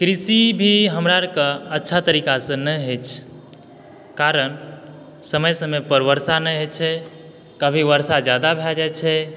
कृषि भी हमरा आरके अच्छा तरीका सऽ नहि होइ छै कारण समय समय पर वर्षा नहि होइ छै कभी वर्षा जादा भय जाइ छै